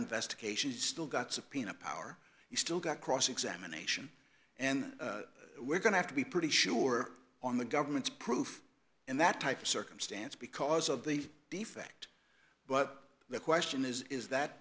investigations still got subpoena power he's still got cross examination and we're going to have to be pretty sure on the government's prove in that type of circumstance because of the defect but the question is is that